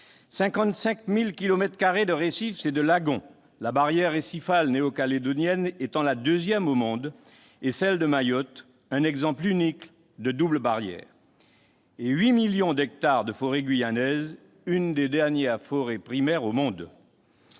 carrés de récifs et de lagons- la barrière récifale néocalédonienne est la deuxième au monde et celle de Mayotte est un exemple unique de double barrière -, et 8 millions d'hectares de forêt guyanaise, une des dernières forêts primaires au monde.